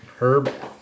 Herb